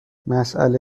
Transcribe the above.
مساله